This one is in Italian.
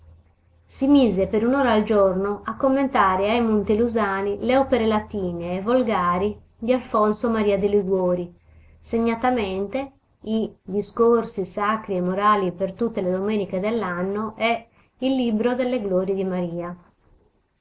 si mise per un'ora al giorno a commentare ai montelusani le opere latine e volgari di alfonso maria de liguori segnatamente i discorsi sacri e morali per tutte le domeniche dell'anno e il libro delle glorie di maria